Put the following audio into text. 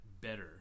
better